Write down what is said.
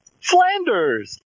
Flanders